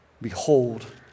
behold